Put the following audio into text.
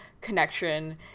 connection